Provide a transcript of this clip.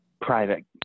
private